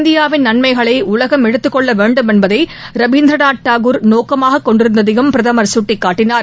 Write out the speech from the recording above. இந்தியாவின் நன்மைகளை உலகம் எடுத்துக் கொள்ள வேண்டுமென்பதை ரவீந்திரநாத் தாகூர் நோக்கமாகக் கொண்டிருந்ததையும் பிரதமர் சுட்டிக்காட்டினார்